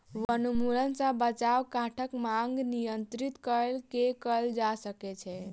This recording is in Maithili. वनोन्मूलन सॅ बचाव काठक मांग नियंत्रित कय के कयल जा सकै छै